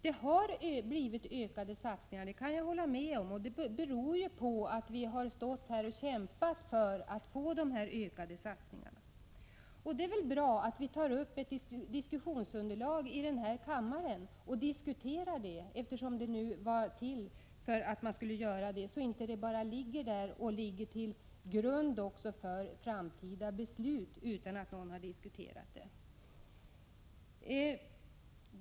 Det har blivit ökade satsningar, det kan jag hålla med om. Det beror på att vi har stått här och kämpat för att få dem. Och det är väl bra att vi tar upp ett diskussionsunderlag i denna kammare — det var ju till för att diskuteras — så att det inte bara ligger där och utgör grund för framtida beslut utan att någon diskuterat det.